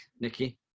Nikki